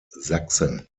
sachsen